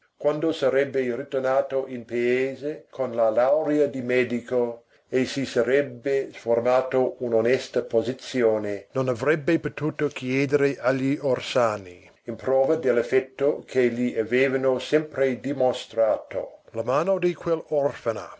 quando sarebbe ritornato in paese con la laurea di medico e si sarebbe formata un'onesta posizione non avrebbe potuto chiedere agli orsani in prova dell'affetto che gli avevano sempre dimostrato la mano di quell'orfana